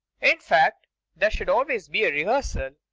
in fact there should always be a rehearsal.